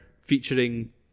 featuring